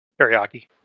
teriyaki